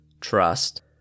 trust